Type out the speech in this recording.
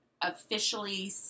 officially